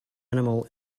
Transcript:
animal